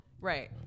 right